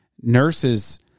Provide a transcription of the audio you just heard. nurses